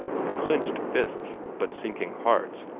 with clenched fists but sinking hearts,